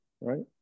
right